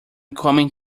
coming